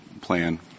plan